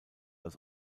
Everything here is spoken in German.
als